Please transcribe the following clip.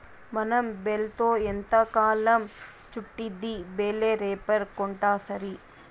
మనం బేల్తో ఎంతకాలం చుట్టిద్ది బేలే రేపర్ కొంటాసరి